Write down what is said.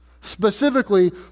specifically